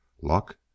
Luck